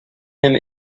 him